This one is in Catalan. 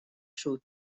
sud